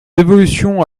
évolution